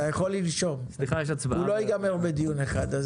הוא לא יסתיים בדיון אחד.